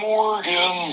Morgan